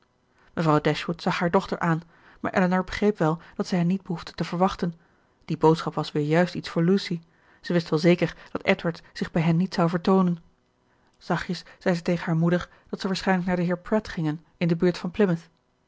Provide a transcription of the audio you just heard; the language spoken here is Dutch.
mevrouw dashwood zag hare dochter aan maar elinor begreep wel dat ze hen niet behoefde te verwachten die boodschap was weer juist iets voor lucy zij wist wel zeker dat edward zich bij hen niet zou vertoonen zachtjes zei ze tegen hare moeder dat ze waarschijnlijk naar den heer pratt gingen in de buurt van